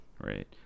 Right